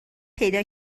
پیدا